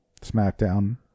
Smackdown